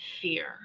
fear